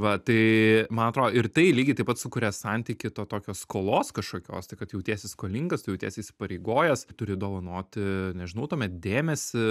va tai man atrodo ir tai lygiai taip pat sukuria santykį to tokio skolos kažkokios tai kad jautiesi skolingas tu jautiesi įsipareigojęs tu turi dovanoti nežinau tuomet dėmesį